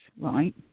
right